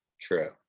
True